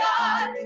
God